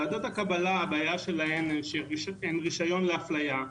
הבעיה של ועדות הקבלה הן שהן רישיון לאפליה,